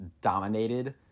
dominated